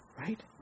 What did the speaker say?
Right